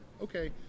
okay